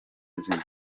zimwe